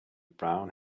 brown